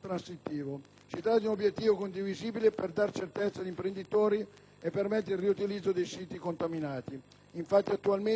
transattivo. Si tratta di un obiettivo condivisibile per dare certezza agli imprenditori e permettere il riutilizzo dei siti contaminati. Infatti, attualmente, numerosi progetti